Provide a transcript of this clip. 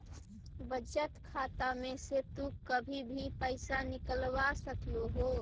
बचत खाता में से तु कभी भी पइसा निकलवा सकऽ हे